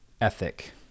ethic